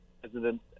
President